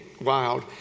wild